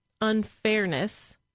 unfairness